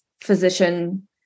physician